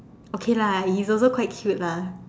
okay lah he's also quite cute lah